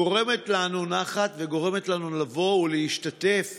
גורמת לנו נחת וגורמת לנו לבוא ולהשתתף